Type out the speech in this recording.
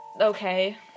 okay